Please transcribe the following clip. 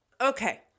Okay